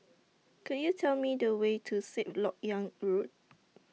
Could YOU Tell Me The Way to Sixth Lok Yang Road